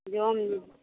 जो